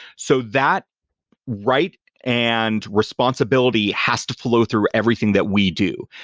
so that right and responsibility has to flow through everything that we do.